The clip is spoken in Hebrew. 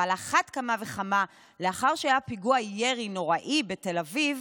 ועל אחת כמה וכמה לאחר שהיה פיגוע ירי נוראי בתל אביב,